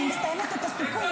אני מסיימת את הסיכום.